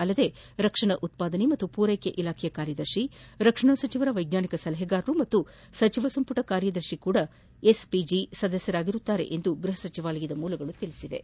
ಅಲ್ಲದೆ ರಕ್ಷಣಾ ಉತ್ಪಾದನೆ ಮತ್ತು ಪೂರೈಕೆ ಇಲಾಖೆಯ ಕಾರ್ಯದರ್ಶಿ ರಕ್ಷಣಾ ಸಚಿವರ ವೈಜ್ಞಾನಿಕ ಸಲಹೆಗಾರರು ಹಾಗೂ ಸಚಿವ ಸಂಪುಟ ಕಾರ್ಯದರ್ಶಿಯವರು ಸಪ ಎಸ್ ಪಿಜಿ ಸದಸ್ನರಾಗಿರುತ್ತಾರೆ ಎಂದು ಗೃಹ ಸಚಿವಾಲಯದ ಮೂಲಗಳು ತಿಳಿಸಿವೆ